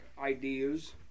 Ideas